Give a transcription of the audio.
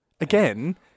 Again